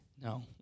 No